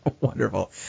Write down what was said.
Wonderful